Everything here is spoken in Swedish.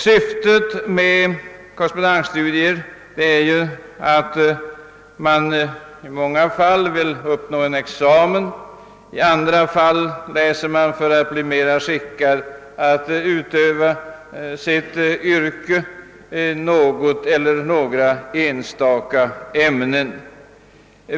Syftet med korrespondensstudier är i många fall att man vill uppnå en examen, i andra fall läser man: något eller några enstaka ämnen för att bli mera skickad att utöva sitt yrke.